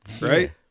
right